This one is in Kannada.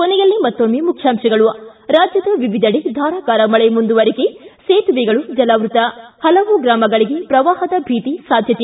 ಕೊನೆಯಲ್ಲಿ ಮತ್ತೊಮ್ಮೆ ಮುಖ್ಯಾಂಶಗಳು ಿ ರಾಜ್ಯದ ವಿವಿಧೆಡೆ ಧಾರಾಕಾರ ಮಳೆ ಮುಂದುವರಿಕೆ ಸೇತುವೆಗಳು ಜಲಾವೃತ ಹಲವು ಗ್ರಮಗಗೆ ಪ್ರವಾಹದ ಭೀತಿ ಸಾಧ್ಯತೆ